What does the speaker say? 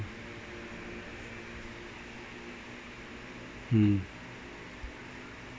mm